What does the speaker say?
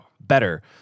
better